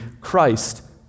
Christ